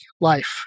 life